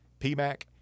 pmac